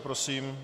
Prosím.